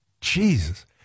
Jesus